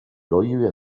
prohíbe